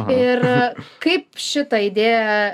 ir kaip šitą idėją